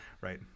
right